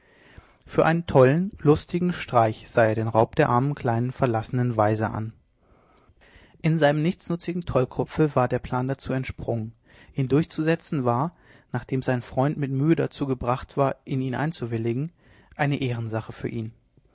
für einen tollen lustigen streich sah er den raub der armen kleinen verlassenen waise an in seinem nichtsnutzigen tollkopf war der plan dazu entsprungen ihn durchzusetzen war nachdem sein freund mit mühe dazu gebracht war in ihn einzuwilligen eine ehrensache für ihn